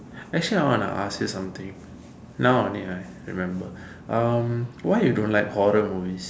actually I want to ask you something now only I remember um why you don't like horror movies